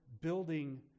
building